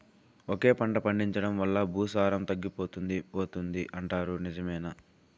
ఒకే పంట పండించడం వల్ల భూసారం తగ్గిపోతుంది పోతుంది అంటారు నిజమేనా